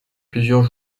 plusieurs